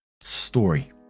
Story